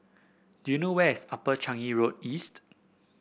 do you know where is Upper Changi Road East